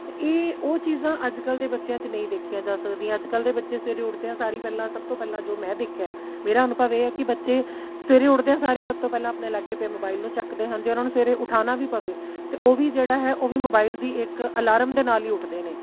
ਅਤੇ ਇਹ ਉਹ ਚੀਜ਼ਾਂ ਅੱਜ ਕੱਲ੍ਹ ਦੇ ਬੱਚਿਆਂ 'ਚ ਨਹੀਂ ਦੇਖੀਆਂ ਜਾ ਸਕਦੀਆਂ ਅੱਜ ਕੱਲ੍ਹ ਦੇ ਬੱਚੇ ਸਵੇਰੇ ਉਠਦਿਆਂ ਸਾਰ ਹੀ ਪਹਿਲਾਂ ਸਭ ਤੋਂ ਪਹਿਲਾਂ ਜੋ ਮੈਂ ਦੇਖਿਆ ਮੇਰਾ ਅਨੁਭਵ ਇਹ ਹੈ ਕਿ ਬੱਚੇ ਸਵੇਰੇ ਉਠਦਿਆਂ ਸਾਰ ਹੀ ਸਭ ਤੋਂ ਪਹਿਲਾਂ ਆਪਣੇ ਲਾਗੇ ਪਏ ਮੋਬਾਈਲ ਨੂੰ ਚੁੱਕਦੇ ਹਨ ਜੇ ਉਹਨਾਂ ਨੂੰ ਸਵੇਰੇ ਉਠਾਉਣਾ ਵੀ ਪਵੇ ਤਾਂ ਉਹ ਵੀ ਜਿਹੜਾ ਹੈ ਉਹ ਵੀ ਮੋਬਾਈਲ ਦੀ ਇੱਕ ਅਲਾਰਮ ਦੇ ਨਾਲ ਹੀ ਉੱਠਦੇ ਨੇ